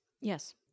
Yes